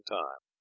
time